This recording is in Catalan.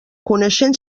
coneixent